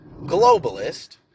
globalist